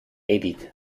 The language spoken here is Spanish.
edith